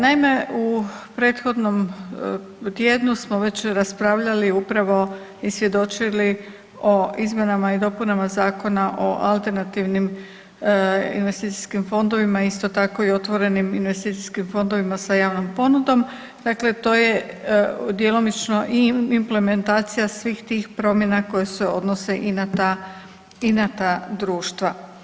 Naime, u prethodnom tjednu smo već raspravljali upravo i svjedočili o izmjenama i dopunama Zakona o alternativnim investicijskim fondovima, isto tako i o otvorenim investicijskim fondovima sa javnom ponudom, dakle to je djelomično implementacija svih tih promjena koja se odnose i na ta društva.